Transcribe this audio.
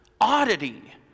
oddity